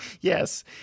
Yes